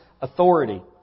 authority